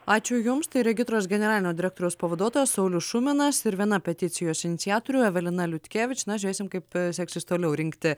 ačiū jums regitros generalinio direktoriaus pavaduotojas saulius šuminas ir viena peticijos iniciatorių evelina liutkievič na žiūrėsime kaip seksis toliau rinkti